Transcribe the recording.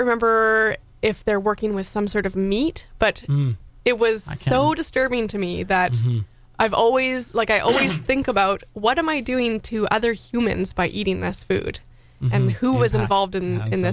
remember if they're working with some sort of meat but it was so disturbing to me that i've always like i always think about what am i doing to other humans by eating this food and who is involved in